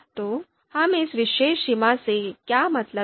तो हम इस विशेष सीमा से क्या मतलब है